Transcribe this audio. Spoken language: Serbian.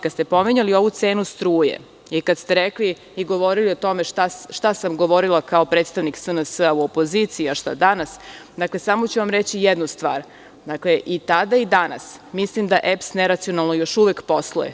Kada ste pominjali ovu cenu struje i kada ste govorili o tome šta sam govorila kao predstavnik SNS u opoziciji, a šta danas, samo ću vam reći jednu stvar – i tada i danas mislim da EPS još uvek neracionalno posluje.